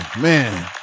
man